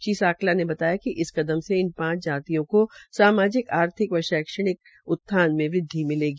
श्री साकला ने बताया कि इस कदम से इन पांच जातियों को सामाजिक आर्थिक शैक्षणिक व राजनीतिक उत्थान में वृद्वि मिलेगी